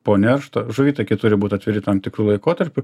po neršto žuvitakiai turi būt atviri tam tikru laikotarpiu